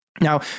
Now